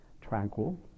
tranquil